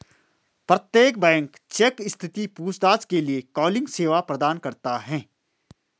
प्रत्येक bank cheque स्थिति पूछताछ के लिए कॉलिंग सेवा प्रदान करता हैं